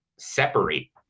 separate